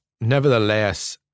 Nevertheless